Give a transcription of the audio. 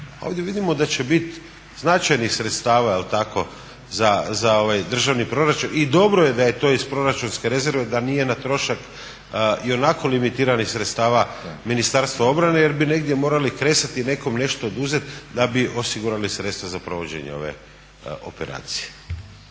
ovdje vidimo da će biti značajnih sredstava je li tako za državni proračun i dobro je da je to iz proračunske rezerve da nije na trošak i onako limitiranih sredstava Ministarstva obrane jer bi negdje morali kresati nekom nešto oduzeti da bi osigurali sredstva za provođenje ove operacije.